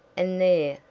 and there,